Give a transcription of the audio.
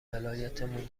ولایتمون